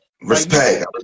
Respect